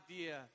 idea